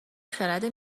خرد